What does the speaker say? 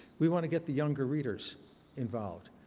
we want to get the younger readers involved.